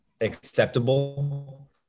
Acceptable